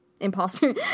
Imposter